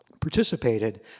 participated